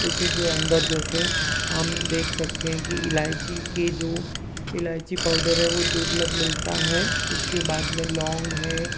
उसी के अंदर जैसे हम देख सकते हैं कि इलाइची के जो इलाइची पाउडर है वो दुर्लभ मिलता है उसके बाद में लौंग है